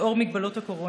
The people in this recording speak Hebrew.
לאור מגבלות הקורונה.